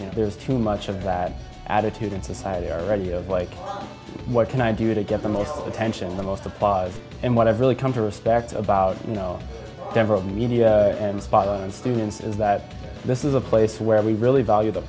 you know there's too much of that attitude in society already you know like what can i do to get the most attention the most applause and what i've really come to respect about you know several media and spot on students is that this is a place where we really value the